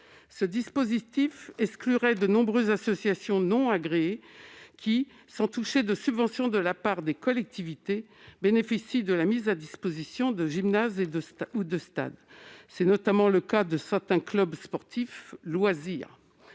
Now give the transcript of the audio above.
Ce dispositif exclurait de nombreuses associations non agréées qui, sans toucher de subventions de la part des collectivités, bénéficient de la mise à disposition d'un gymnase ou d'un stade. C'est notamment le cas de certains clubs sportifs loisirs.